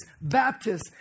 Baptists